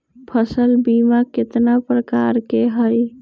फसल बीमा कतना प्रकार के हई?